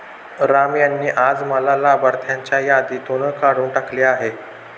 राम यांनी आज मला लाभार्थ्यांच्या यादीतून काढून टाकले आहे